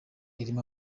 irimo